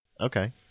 Okay